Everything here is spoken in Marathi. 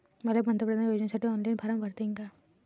मले पंतप्रधान योजनेसाठी ऑनलाईन फारम भरता येईन का?